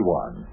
one